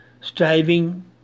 striving